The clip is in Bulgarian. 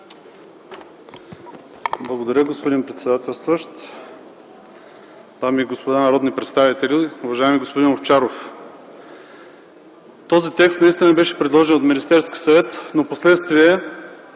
Благодаря, господин председателстващ. Дами и господа народни представители, уважаеми господин Овчаров! Този текст наистина беше предложен от Министерския съвет, но впоследствие